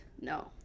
No